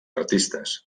artistes